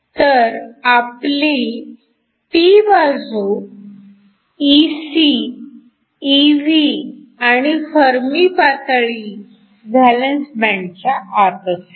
तर आपली p बाजू Ec Ev आणि फर्मी पातळी व्हॅलन्स बँडच्या आत असेल